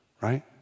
right